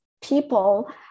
people